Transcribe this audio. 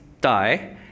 die